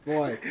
Boy